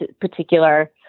particular